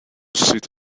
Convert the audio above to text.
sit